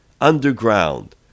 underground